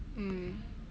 mm